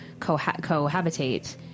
cohabitate